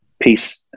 peace